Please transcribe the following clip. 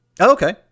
Okay